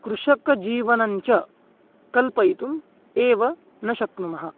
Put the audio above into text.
कृषकजीवनञ्च कल्पयितुम् एव न शक्नुमः